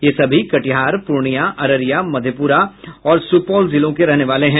ये सभी कटिहार पूर्णिया अररिया मधेप्रा और सुपौल जिलों के रहने वाले हैं